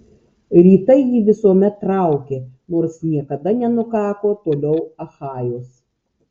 rytai jį visuomet traukė nors niekada nenukako toliau achajos